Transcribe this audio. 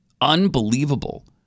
unbelievable